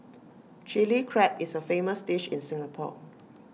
Chilli Crab is A famous dish in Singapore